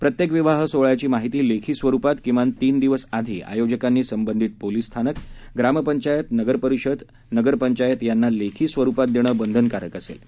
प्रत्येक विवाह सोहळ्याची माहिती लेखी स्वरूपात किमान तीन दिवस आधी आयोजकांनी संबंधित पोलिस स्टेशन ग्रामपंचायत नगरपरिषद नगरपंचायत यांना लेखी स्वरूपात देणं बंधनकारक राहणार आहे